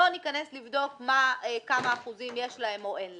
לא ניכנס לבדוק כמה אחוזים יש להם או אין להם.